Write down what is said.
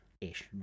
Ish